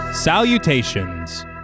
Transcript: Salutations